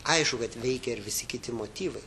aišku kad veikia ir visi kiti motyvai